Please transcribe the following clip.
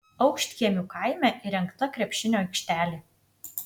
aukštkiemių kaime įrengta krepšinio aikštelė